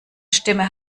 stimme